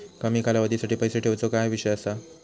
कमी कालावधीसाठी पैसे ठेऊचो काय विषय असा?